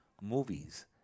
movies